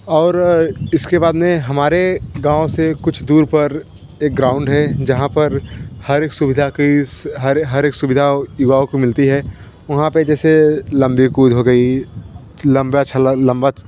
और इसके बाद मे हमारे गाँव से कुछ दूर पर एक ग्राउन्ड है जहाँ पर हर एक सुविधा कि हर हर एक सुविधा युवाओं को मिलती है वहाँ पर जैसे लंबी कूद हो गई